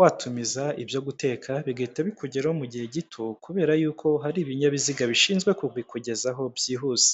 watumiza ibyo guteka bigahita bikugeraho mu gihe gito, kubera yuko hari ibinyabiziga bishinzwe kubikugezaho byihuse.